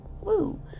woo